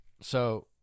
So-